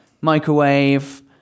microwave